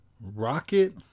Rocket